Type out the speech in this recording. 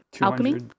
alchemy